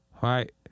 Right